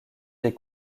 des